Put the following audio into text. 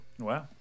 Wow